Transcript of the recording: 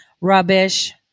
rubbish